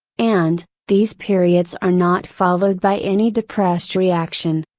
and, these periods are not followed by any depressed reaction.